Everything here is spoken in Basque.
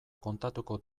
kontatuko